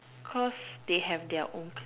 cause they have their own